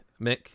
Mick